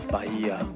Bahia